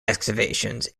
excavations